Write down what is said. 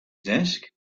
desk